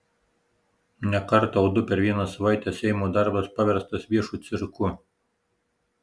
ne kartą o du per vieną savaitę seimo darbas paverstas viešu cirku